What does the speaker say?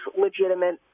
legitimate